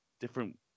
different